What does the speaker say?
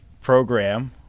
program